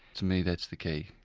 to me, that's the key.